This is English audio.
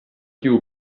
you